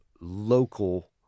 local